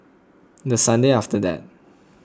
the Sunday after that